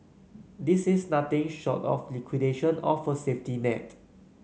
this is nothing short of liquidation of a safety net